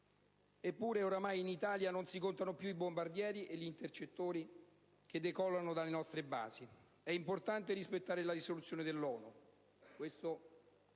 Eppure ormai in Italia non si contano più i bombardieri e gli intercettori che decollano dalle nostre basi. È importante rispettare la risoluzione dell'ONU